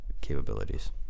capabilities